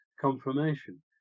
confirmation